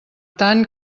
tant